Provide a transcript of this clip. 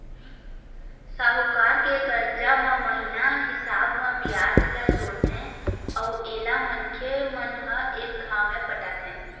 साहूकार के करजा म महिना हिसाब म बियाज ल जोड़थे अउ एला मनखे मन ह एक घांव म पटाथें